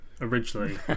originally